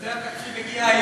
בגלל זה התקציב מגיע היום,